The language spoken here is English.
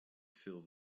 fill